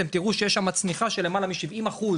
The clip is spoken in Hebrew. אתם תראו שיש שמה צניחה של למעלה מ-70 אחוז